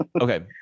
okay